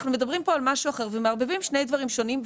אנחנו מדברים כאן על משהו אחר ומערבבים שני דברים שונים.